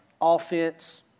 offense